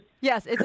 Yes